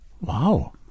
Wow